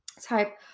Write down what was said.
type